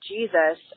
Jesus